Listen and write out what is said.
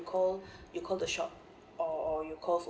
you call you call the shop or you call